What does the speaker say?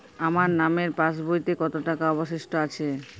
আমার নামের পাসবইতে কত টাকা অবশিষ্ট আছে?